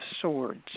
Swords